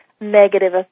negative